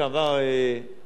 חבר הכנסת מאיר שטרית,